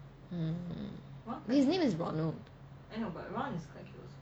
his name is ronald